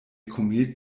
komet